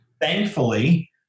thankfully